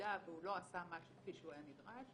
שבמידה והוא לא עשה משהו כפי שהוא היה נדרש,